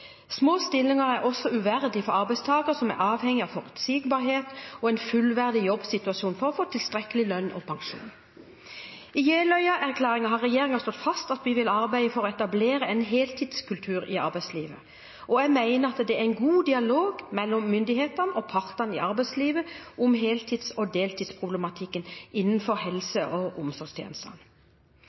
Små stillinger er også uverdig for arbeidstakere som er avhengige av forutsigbarhet og en fullverdig jobbsituasjon for å få tilstrekkelig lønn og pensjon. I Jeløya-erklæringen har regjeringen slått fast at vi vil arbeide for å etablere en heltidskultur i arbeidslivet, og jeg mener at det er en god dialog mellom myndighetene og partene i arbeidslivet om heltids- og deltidsproblematikken innenfor helse- og omsorgstjenestene.